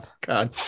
God